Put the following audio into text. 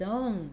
own